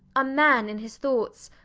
a man in his thoughts,